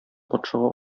патшага